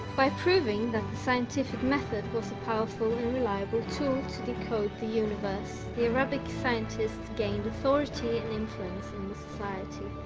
by proving that the scientific method was a powerful and reliable tool to decode the universe the arabic scientists gained authority and influence in the society